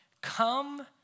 come